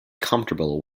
comfortable